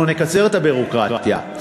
תקצר את הביורוקרטיה.